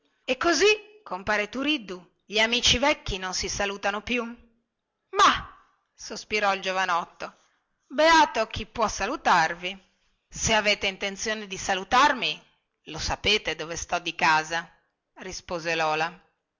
e così compare turiddu gli amici vecchi non si salutano più ma sospirò il giovinotto beato chi può salutarvi se avete intenzione di salutarmi lo sapete dove sto di casa rispose lola